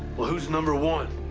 well, who's number one?